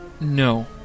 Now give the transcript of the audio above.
No